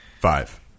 Five